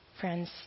Friends